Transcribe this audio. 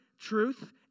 Truth